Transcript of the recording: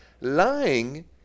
Lying